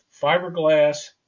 fiberglass